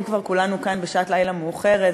אם כבר כולנו כאן בשעת לילה מאוחרת,